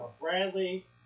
bradley